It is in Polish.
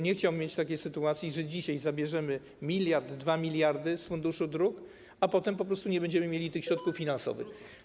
Nie chciałbym, żeby doszło do takiej sytuacji, że dzisiaj zabierzemy 1-2 mld z funduszu dróg, a potem po prostu nie będziemy mieli tych środków finansowych.